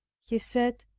he said,